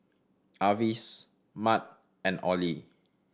Avis Matt and Ollie